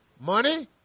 money